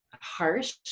harsh